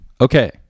okay